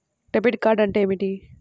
Debit card అంటే ఏమిటి?